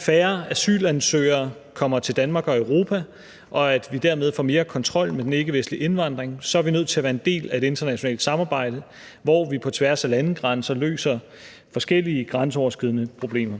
færre asylansøgere kommer til Danmark og Europa, og at vi dermed får mere kontrol med den ikkevestlige indvandring, er vi nødt til at være en del af et internationalt samarbejde, hvor vi på tværs af landegrænser løser forskellige grænseoverskridende problemer.